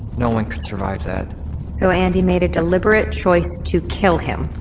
no one could survive that so andi made a deliberate choice to kill him,